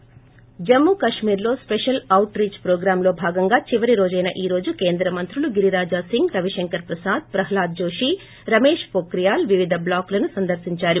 break జమ్మూకాశ్మీర్లో special out reach స్రోగ్రామ్లో భాగంగా చివరి రోజైన ఈ రోజు కేంద్ర మంత్రులు గిరిరాజా సింగ్ రవిశంకర్ ప్రసాద్ ప్రహ్లాద్ జోషి రమేష్ పొక్రియాల్ వివిధ బ్లాకులను సందర్పించారు